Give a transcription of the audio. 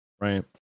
right